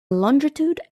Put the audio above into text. longitude